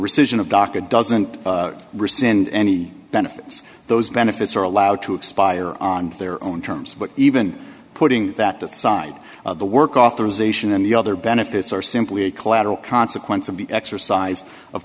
rescission of dhaka doesn't rescind any benefits those benefits are allowed to expire on their own terms but even putting that that side the work authorization and the other benefits are simply a collateral consequence of the exercise of